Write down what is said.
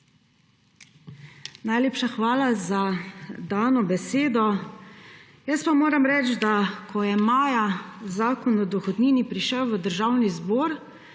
Najlepša hvala za dano besedo. Jaz pa moram reči, da ko je maja Zakon o dohodnini prišel v Državni zbor,